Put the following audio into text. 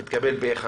לא.